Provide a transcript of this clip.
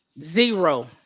zero